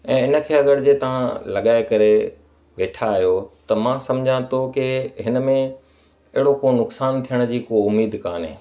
ऐं इनखे अगरि जे तव्हां लॻाए करे वेठा आहियो त मां समुझा थो कि हिनमें अहिड़ो को नुक़सान थियण जी को उम्मीद कोन्हे